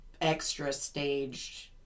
extra-staged